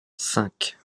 cinq